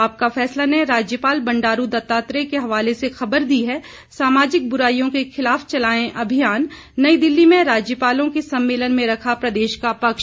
आपका फैसला ने राज्यपाल बंडारू दत्तात्रेय के हवाले से खबर दी है सामाजिक बुराईयों के खिलाफ चलाए अभियान नई दिल्ली में राज्यपालों के सम्मेलन में रखा प्रदेश का पक्ष